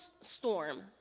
storm